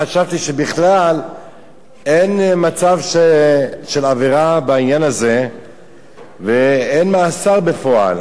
חשבתי שבכלל אין מצב של עבירה בעניין הזה ואין מאסר בפועל.